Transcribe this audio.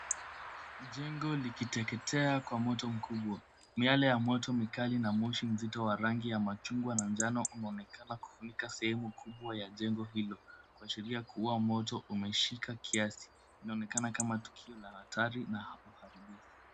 Jengo likiteketea kwa moto mkubwa, miale ya moto mikali na moshi mzito ya rangi ya machungwa na njano unaonekana kufunika sehemu kubwa ya jengo hilo kuashiria kuwa moto umeshika kiasi inaonekana kama tukio la hatari na ya uharibifu.